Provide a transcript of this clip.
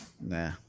Nah